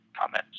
comments